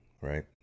right